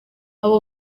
aba